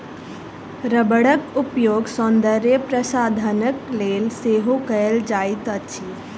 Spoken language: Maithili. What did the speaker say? रबड़क उपयोग सौंदर्य प्रशाधनक लेल सेहो कयल जाइत अछि